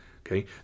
Okay